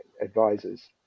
advisors